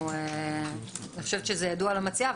זה ידוע למציעה.